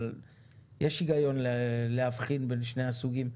אבל יש היגיון להבחין בין שני הסוגים.